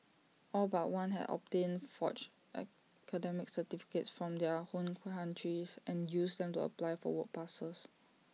all but one had obtained forged academic certificates from their home countries and used them to apply for work passes